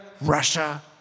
Russia